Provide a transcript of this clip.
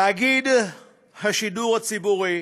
תאגיד השידור הציבורי,